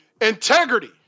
Integrity